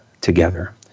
together